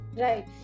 Right